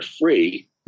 free